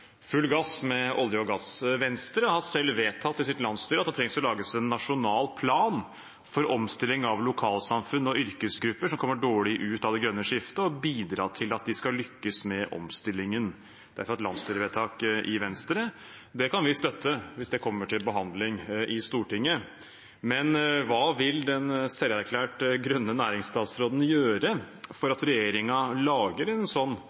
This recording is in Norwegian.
full gass for olje og gass. Venstres landsstyremøte har selv vedtatt at det trengs å lages en nasjonal plan for omstilling av lokalsamfunn og yrkesgrupper som kommer dårlig ut av det grønne skiftet, og for å bidra til at de skal lykkes med omstillingen. Det er fra et landsstyrevedtak i Venstre. Det kan vi støtte hvis det kommer til behandling i Stortinget. Men hva vil den selverklært grønne næringsstatsråden gjøre for at regjeringen lager en